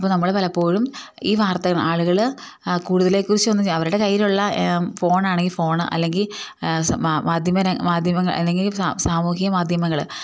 അപ്പ നമ്മൾ പലപ്പോഴും ഈ വാർത്തകൾ ആളുകൾ കൂടുതൽ കുറിച്ചു ഒന്നും അവരുടെ കൈയിലുള്ള ഫോൺ ആണെങ്കിൽ ഫോൺ അല്ലെങ്കിൽ മാധ്യമം മാധ്യമങ്ങൾ അല്ലെങ്കിൽ സാമൂഹിക മാധ്യമങ്ങൾ